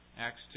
Acts